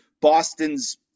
Boston's